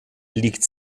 liegt